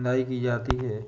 निदाई की जाती है?